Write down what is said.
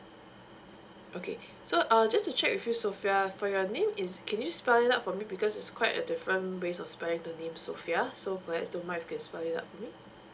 okay so uh just to check with you sofea for your name is can you just spell it out for me because it's quite a different ways of spelling the name sofea so perhaps don't mind if can spell it out for me